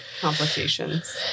Complications